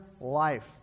life